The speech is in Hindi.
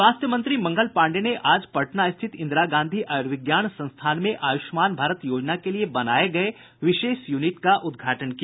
स्वास्थ्य मंत्री मंगल पांडेय ने आज पटना स्थित इंदिरा गांधी आयूर्विज्ञान संस्थान में आयुष्मान भारत योजना के लिये बनाये गये विशेष यूनिट का उदघाटन किया